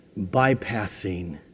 bypassing